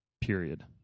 Period